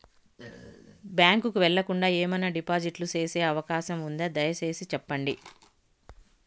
Bank కు వెళ్లకుండా, ఏమన్నా డిపాజిట్లు సేసే అవకాశం ఉందా, దయసేసి సెప్పండి?